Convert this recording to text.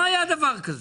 לא היה דבר כזה.